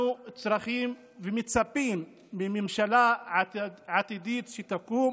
אנחנו צרכים ומצפים מהממשלה העתידית שתקום